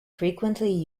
frequently